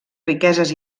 riqueses